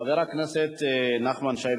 חבר הכנסת נחמן שי.